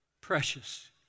precious